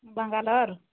Bangalore